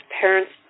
parents